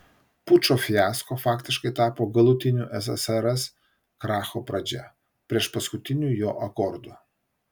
pučo fiasko faktiškai tapo galutinio ssrs kracho pradžia priešpaskutiniu jo akordu